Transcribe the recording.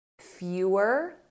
fewer